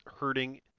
hurting